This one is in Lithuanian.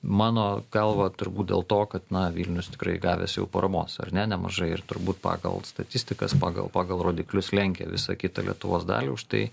mano galva turbūt dėl to kad na vilnius tikrai gavęs jau paramos ar ne nemažai ir turbūt pagal statistikas pagal pagal rodiklius lenkia visą kitą lietuvos dalį už tai